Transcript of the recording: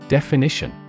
Definition